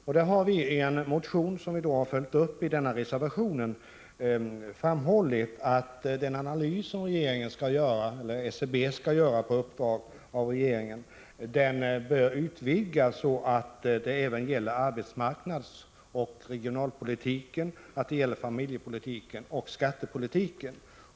Reservationen är en uppföljning av den motion i vilken vi har framhållit att den analys som SCB skall göra på uppdrag av regeringen bör utvidgas till att även gälla arbetsmarknads-, regional-, familjeoch skattepolitiken.